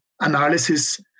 analysis